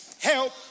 help